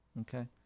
Okay